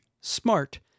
smart